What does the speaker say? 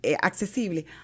accesible